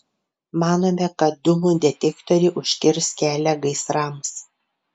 manome kad dūmų detektoriai užkirs kelią gaisrams